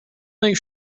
make